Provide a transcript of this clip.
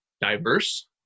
diverse